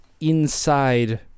inside